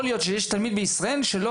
כי לא יכול להיות שיש תלמיד בישראל שלא